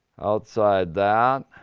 outside that.